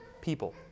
people